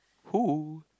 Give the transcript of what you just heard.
who